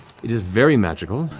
it is very magical,